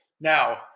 now